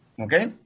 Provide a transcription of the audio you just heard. Okay